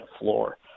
floor